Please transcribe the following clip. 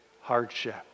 hardship